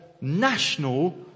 national